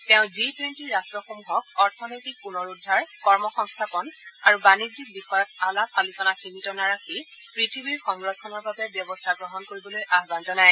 তেওঁ G twenty ৰট্টসমূহক অৰ্থনৈতিক পুনৰুদ্ধাৰ কৰ্মসংস্থাপন আৰু বাণিজ্যিক বিষয়ত আলাপ আলোচনা সীমিত নাৰাখি পৃথিৱীৰ সংৰক্ষণৰ বাবে ব্যৱস্থা গ্ৰহণ কৰিবলৈ আহান জনায়